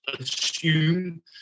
assume